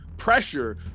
pressure